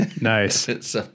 Nice